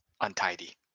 untidy